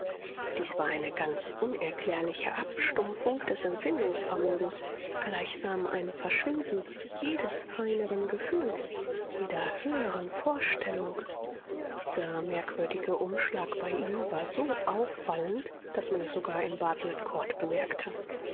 dies war eine ganz unerklärliche abstumpfung des empfindungsvermögens gleichsam ein verschwinden jedes feineren gefühls jeder höheren vorstellung dieser merkwürdige umschlag bei ihm war so auffallend daß man es sogar in bartelet court bemerkte